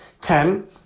ten